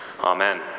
Amen